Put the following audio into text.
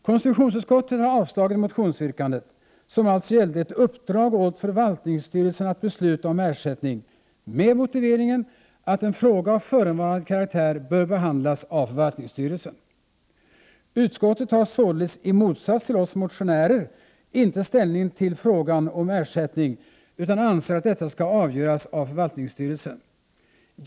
Konstitutionsutskottet har avstyrkt motionsyrkandet, som alltså gällde ett uppdrag åt förvaltningsstyrelsen att besluta om ersättning, med motiveringen att en fråga av förevarande karaktär bör behandlas av förvaltningsstyrelsen. Utskottet tar således i motsats till oss motionärer inte ställning till frågan om ersättning, utan anser att denna skall avgöras av förvaltningsstyrelsen.